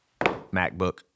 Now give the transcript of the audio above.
macbook